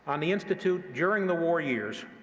um the institute during the war years,